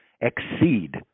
exceed